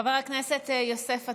חבר הכנסת יוסף עטאונה,